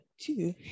two